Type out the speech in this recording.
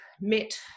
met